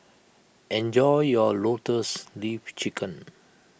enjoy your Lotus Leaf Chicken